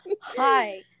Hi